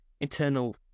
internal